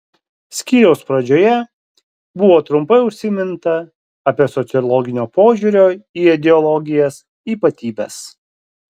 skyriaus pradžioje buvo trumpai užsiminta apie sociologinio požiūrio į ideologijas ypatybes